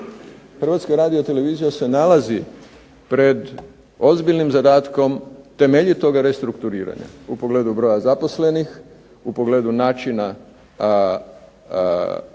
Hrvatska radiotelevizija se nalazi pred ozbiljnim zadatkom temeljitog restrukturiranja u pogledu broja zaposlenih, u pogledu načina